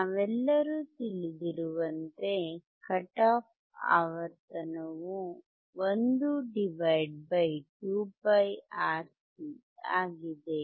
ನಾವೆಲ್ಲರೂ ತಿಳಿದಿರುವಂತೆ cut off ಆವರ್ತನವು 1 2πRC ಆಗಿದೆ